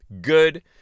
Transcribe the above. Good